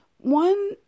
One